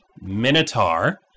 Minotaur